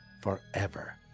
forever